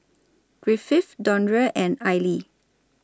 Griffith Dondre and Aili